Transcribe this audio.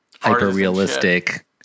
hyper-realistic